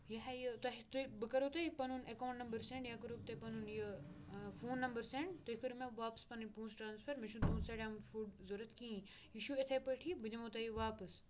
یہِ ہہ یہِ تۄہہِ تُہۍ بہٕ کَرو تۄہہِ پَنُن اٮ۪کاوُںٛٹ نمبر سٮ۪نٛڈ یا کَرو بہٕ تۄہہِ پَنُن یہِ فون نمبر سٮ۪نٛڈ تُہۍ کٔرِو مےٚ واپَس پَنٕنۍ پونٛسہٕ ٹرٛانسفَر مےٚ چھُنہٕ تُہُنٛد سڑیٛامُت فوٗڈ ضوٚرَتھ کِہیٖنۍ یہِ چھُ اِتھَے پٲٹھی بہٕ دِمو تۄہہِ یہِ واپَس